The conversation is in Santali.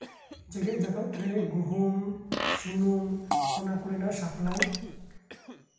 ᱡᱮᱜᱮᱫ ᱡᱟᱠᱟᱛ ᱨᱮ ᱜᱩᱦᱩᱢ ᱥᱩᱱᱩᱢ ᱚᱱᱟ ᱠᱚᱨᱮᱱᱟᱜ ᱥᱟᱯᱞᱟᱭ